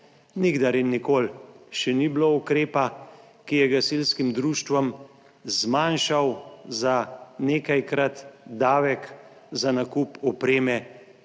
nikdar in nikoli še ni bilo ukrepa, ki je gasilskim društvom zmanjšal za nekajkrat davek za nakup opreme